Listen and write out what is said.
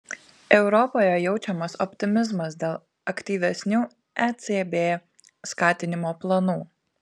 europoje jaučiamas optimizmas dėl aktyvesnių ecb skatinimo planų